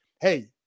hey